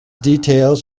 details